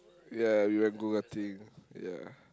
ya we went go-karting ya